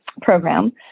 program